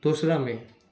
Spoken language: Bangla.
দোসরা মে